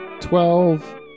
twelve